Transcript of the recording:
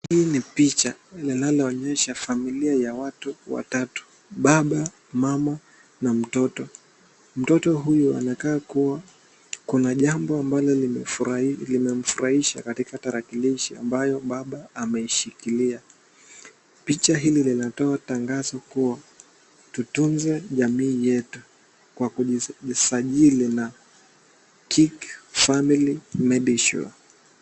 Hii ni picha linayoonyesha familia ya watu watatu, baba, mama na mtoto. Mtoto huyu anaonekana kuwa kuna jambo ambalo limemfurahisha katika tarakilishi ambayo baba ameishikilia. Picha hili linatoa tangazo kuwa tutunze jamii yetu kwa kujisajili na KICK Family Medisure .